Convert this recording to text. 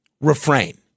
refrain